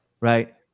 right